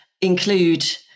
include